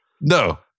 No